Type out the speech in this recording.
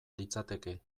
litzateke